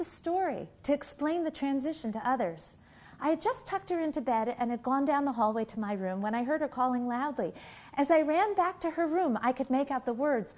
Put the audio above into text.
a story to explain the transition to others i just talked her into bed and had gone down the hallway to my room when i heard her calling loudly as i ran back to her room i could make out the words